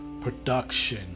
production